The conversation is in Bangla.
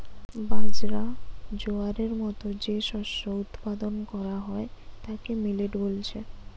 বাজরা, জোয়ারের মতো যে শস্য উৎপাদন কোরা হয় তাকে মিলেট বলছে